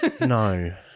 No